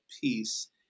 Peace